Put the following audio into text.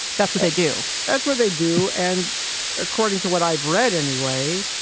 that's what they do. that's what they do. and according to what i've read anyway,